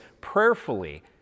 prayerfully